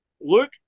Luke